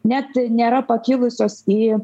net nėra pakilusios į